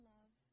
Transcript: Love